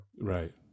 Right